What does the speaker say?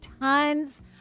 tons